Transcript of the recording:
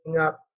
up